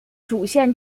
主线